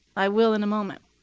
i will in a moment.